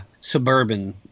suburban